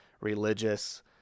religious